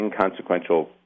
inconsequential